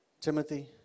Timothy